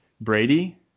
brady